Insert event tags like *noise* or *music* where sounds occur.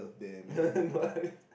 *laughs* no no I mean